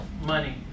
money